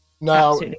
Now